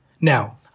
Now